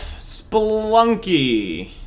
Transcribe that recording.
Splunky